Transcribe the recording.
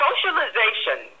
Socialization